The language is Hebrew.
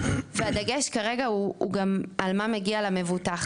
והדגש כרגע הוא גם על מה מגיע למבוטח.